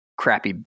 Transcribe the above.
crappy